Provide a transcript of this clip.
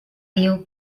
diu